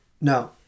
no